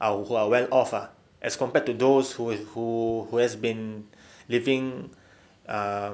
ah who are well-off ah as compared to those who who who has been living err